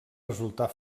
resultar